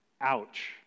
Ouch